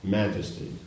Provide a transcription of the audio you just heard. majesty